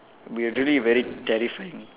will really very terrifying